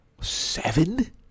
Seven